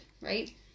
right